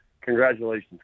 congratulations